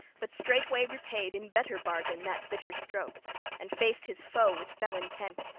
but straightway repaid in better bargain that bitter stroke and faced his foe with fell intent.